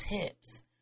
tips